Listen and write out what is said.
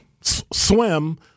swim